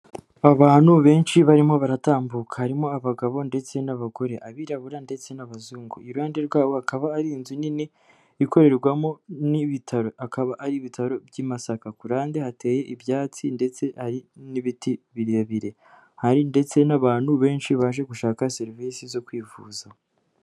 Abantu benshi barimo baratambuka harimo abagabo ndetse n'abagore, abirabura ndetse n'abazungu, iruhande rwabo akaba ari inzu nini ikorerwamo n'ibitaro, akaba ari ibitaro by'i Masaka, ku rurande hateye ibyatsi ndetse hari n'ibiti birebire, hari ndetse n'abantu benshi baje gushaka serivisi zo kwivuza.